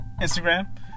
instagram